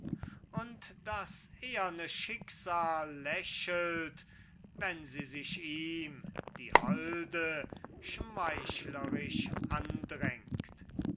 und das eherne schicksal lächelt wenn sie sich ihm die holde schmeichlerisch andrängt